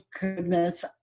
goodness